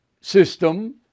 system